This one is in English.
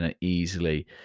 easily